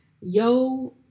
Yo